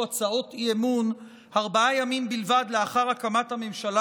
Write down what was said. הצעות אי-אמון ארבעה ימים בלבד לאחר הקמת הממשלה